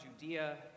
Judea